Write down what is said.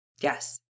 yes